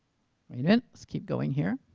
i mean and let's keep going here,